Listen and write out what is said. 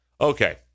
Okay